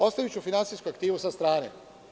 Ostaviću finansijsku aktivu sa strane.